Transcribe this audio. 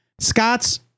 Scott's